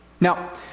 Now